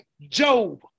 Job